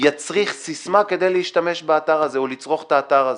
יצריך סיסמה כדי להשתמש באתר הזה או לצרוך את האתר הזה.